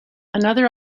another